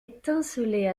étincelait